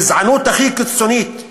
הגזענות הכי קיצונית שאפשר,